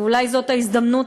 ואולי זו ההזדמנות,